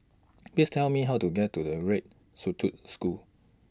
Please Tell Me How to get to The Red School